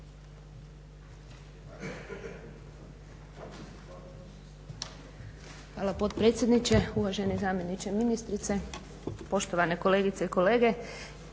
Hvala potpredsjedniče. Uvaženi zamjeniče ministrice, poštovane kolegice i kolege.